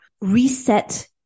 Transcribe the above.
reset